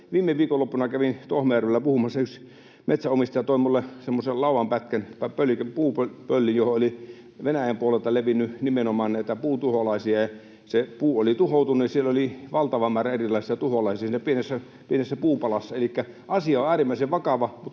Viime viikonloppuna kävin Tohmajärvellä puhumassa, ja yksi metsänomistaja toi minulle semmoisen laudanpätkän tai puupöllin, johon oli Venäjän puolelta levinnyt nimenomaan näitä puutuholaisia, ja se puu oli tuhoutunut. Siellä oli valtava määrä erilaisia tuholaisia siinä pienessä puupalassa. Elikkä asia on äärimmäisen vakava.